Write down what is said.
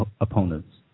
opponents